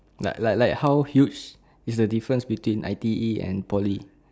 like like like how huge is the difference between I_T_E and poly